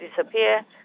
disappear